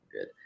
good